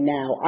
now